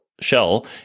shell